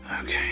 Okay